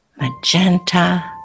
magenta